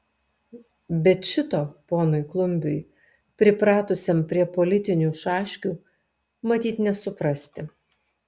bet šito ponui klumbiui pripratusiam prie politinių šaškių matyt nesuprasti